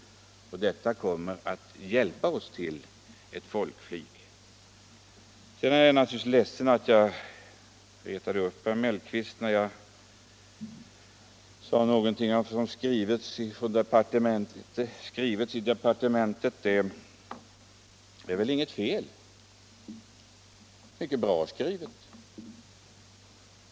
Detta kommer att hjälpa oss till ett folkflyg. Jag är naturligtvis ledsen att jag retade upp herr Mellqvist genom att säga att reservationen skrivits i departementet. Det är väl inget fel. Det är en mycket bra skriven reservation.